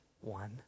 one